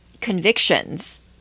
convictions